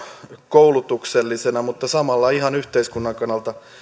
koulutuksellisena mutta samalla ihan yhteiskunnan kannalta